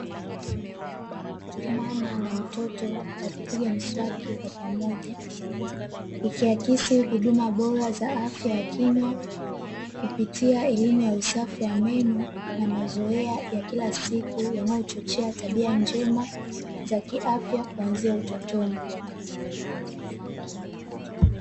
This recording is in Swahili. Mama na mtoto wakipiga mswaki kwa pamoja, ikiakisi huduma bora za afya ya kinywa, kupitia elimu ya usafi wa meno na mazoea ya kila siku yanayochochea tabia njema za kiafya kuanzia utotoni.